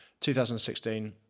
2016